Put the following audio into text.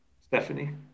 Stephanie